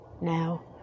now